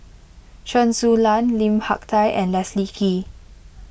Chen Su Lan Lim Hak Tai and Leslie Kee